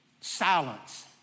Silence